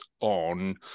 on